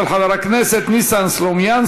לוועדת העבודה, הרווחה והבריאות נתקבלה.